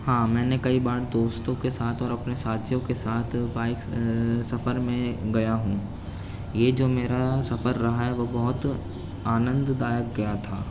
ہاں میں نے کئی بار دوستوں کے ساتھ اور اپنے ساتھیوں کے ساتھ بائک سفر میں گیا ہوں یہ جو میرا سفر رہا ہے وہ بہت آنند دایک گیا تھا